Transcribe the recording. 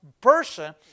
person